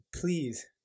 Please